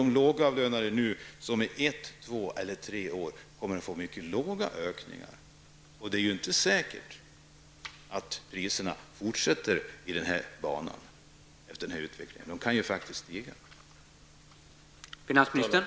De lågavlönade kommer ju att under ett, två eller tre år att få mycket små ökningar, och det är ju inte säkert att prisutvecklingen fortsätter som väntat. Priserna kan faktiskt stiga.